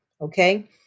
okay